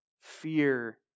fear